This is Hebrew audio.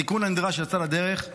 התיקון הנדרש יצא לדרך,